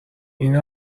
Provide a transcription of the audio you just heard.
این